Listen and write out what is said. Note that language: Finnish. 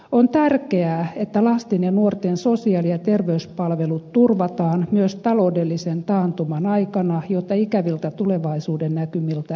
on tärkeää että lasten ja nuorten sosiaali ja terveyspalvelut turvataan myös taloudellisen taantuman aikana jotta ikäviltä tulevaisuuden näkymiltä vältytään